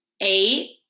eight